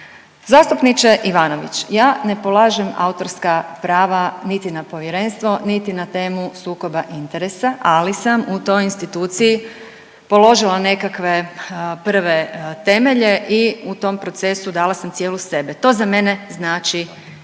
Zastupniče Ivanović ja ne polažem autorska prava niti na povjerenstvo niti na temu sukoba interesa ali sam u toj instituciji položila nekakve prve temelje i u tom procesu dala sam cijelu sebe. To za mene znači